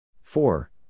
Four